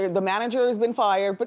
the manager has been fired, but